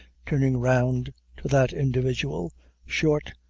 turning round to that individual short,